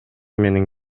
менен